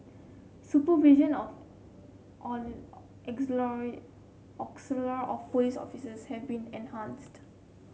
supervision of police officers have been enhanced